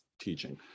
teaching